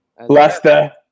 Lester